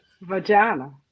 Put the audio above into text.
Vagina